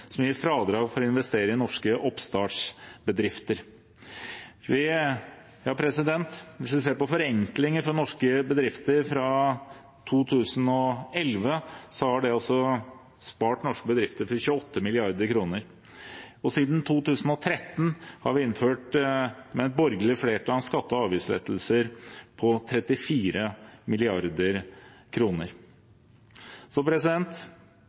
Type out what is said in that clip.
som gir fradrag for å investere i norske oppstartsbedrifter. Hvis vi ser på forenklinger for norske bedrifter fra 2011, har det spart norske bedrifter for 28 mrd. kr. Og siden 2013 har vi, med et borgerlig flertall, innført skatte- og avgiftslettelser på 34